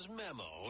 memo